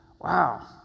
Wow